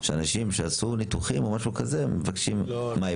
שאנשים שעשו ניתוחים או משהו כזה, מבקשים, מה?